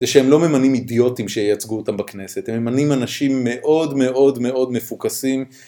זה שהם לא ממנים אידיוטים שייצגו אותם בכנסת, הם ממנים אנשים מאוד מאוד מאוד מפוקסים